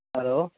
hello